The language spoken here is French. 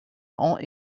ont